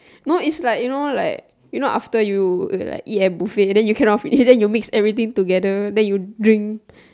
no it's like you know like after you eat like buffet then you cannot finish then you mix everything together then you drink